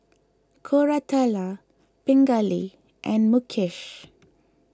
Koratala Pingali and Mukesh